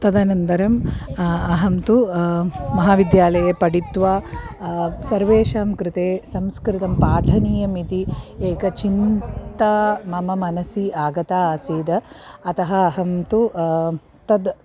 तदनन्तरम् अहं तु महाविद्यालये पठित्वा सर्वेषां कृते संस्कृतं पाठनीयमिति एका चिन्ता मम मनसि आगता आसीत् अतः अहं तु तत्